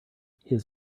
his